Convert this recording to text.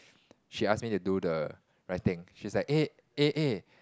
she ask me to do the writing she's like eh eh eh